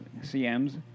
CMs